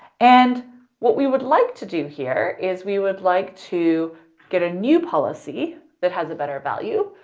and what we would like to do here is we would like to get a new policy that has a better value.